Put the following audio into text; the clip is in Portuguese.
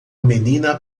menina